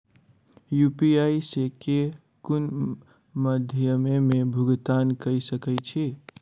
UPI सऽ केँ कुन मध्यमे मे भुगतान कऽ सकय छी?